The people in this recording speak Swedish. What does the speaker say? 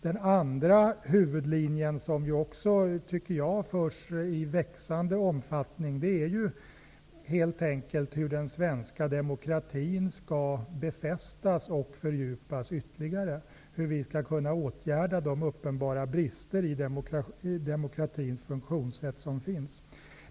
Den andra huvudlinjen som också, tycker jag, förs i en växande omfattning är helt enkelt hur den svenska demokratin skall befästas och fördjupas ytterligare -- hur vi skall kunna åtgärda de uppenbara brister som finns i demokratins funktionssätt.